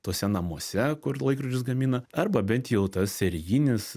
tuose namuose kur laikrodžius gamina arba bent jau tas serijinis